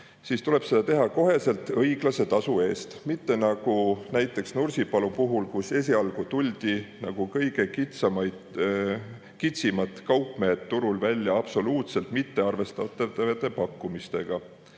minutit lisaks. … õiglase tasu eest, mitte nagu Nursipalu puhul, kus esialgu tuldi nagu kõige kitsimad kaupmehed turul välja absoluutselt mittearvestatavate pakkumistega.